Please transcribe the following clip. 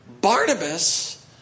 Barnabas